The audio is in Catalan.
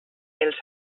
els